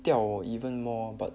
掉 even more but